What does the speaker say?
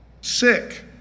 Sick